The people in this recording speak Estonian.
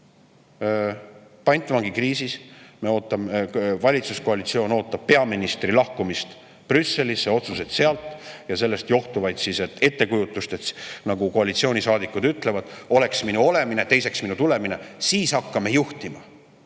pantvangikriisis. Valitsuskoalitsioon ootab peaministri lahkumist Brüsselisse, otsuseid sealt ja sellest johtuvat ettekujutust, nagu koalitsioonisaadikud ütlevad: oleks minu olemine, teiseks minu tulemine, siis hakkame juhtima,